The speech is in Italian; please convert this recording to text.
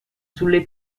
sulle